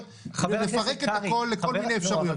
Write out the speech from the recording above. כדי לפרק את הכול לכל מיני אפשרויות.